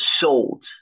sold